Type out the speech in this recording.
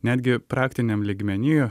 netgi praktiniam lygmeny